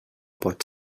pot